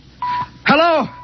Hello